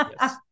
Yes